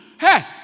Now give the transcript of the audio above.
Hey